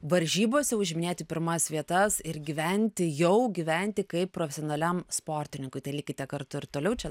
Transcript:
varžybose užiminėti pirmas vietas ir gyventi jau gyventi kaip profesionaliam sportininkui tai likite kartu ir toliau čia